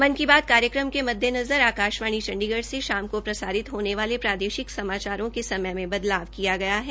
मन की बात कार्यक्रम के मद्देजनर आकाशवाणी से शाम को प्रसारित होने वाले प्रादेशिक समाचारों के समय में बदलाव किया गया है